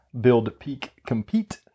buildpeakcompete